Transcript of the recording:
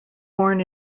born